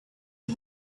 you